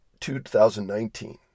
2019